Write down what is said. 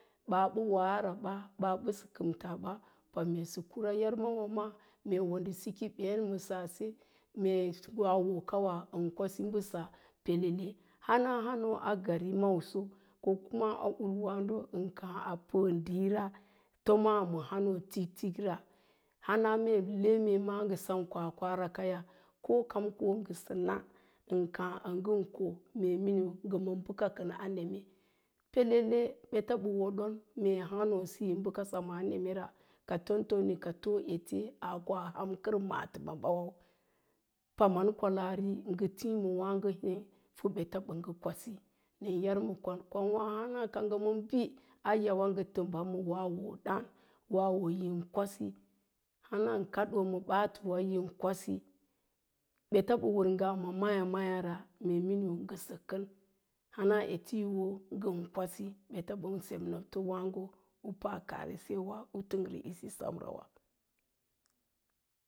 Ɓəɓə waraɓa, baa bəsə kamtaɓa para sə kura yarma maa me wo siki ɓéd ma saase, mee wawo kawo ən kwasi mbəsa pelele. Hana hán óó a gari mawaso ko kama a urwááɗo ən káá a pəə ɗiira tomaa ma hánóó tiktikra, hana mee le mee ma ngə sem kwakwakaya ko kani ko ngə na ən káá ə ngən ko, mee miniu ngə ma bəka kən a neme. Pelele beta ɓə wodon mee há nóó siyo bəka semaa nemera, ka tomtom ni ka too ete aasa koa ham maatəmɓawau, paman ngə tíí m wáágəto hé pə ɓaa ngə kwqso nən ma bi a yauwa ngə ləma ma wawi dáán, wawo yin kwasi hanan kadoo ma ɓaatəwa yin kwasi beta ɓə wər ngaa gə mayá mayá ra mee miniu nəsə ran hana ete yi wo ngən kwasi bəta bən se neb to u pa kaarese u langre isi sem rawa.